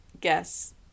guess